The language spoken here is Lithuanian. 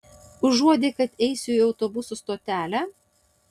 užuodei kad eisiu į autobusų stotelę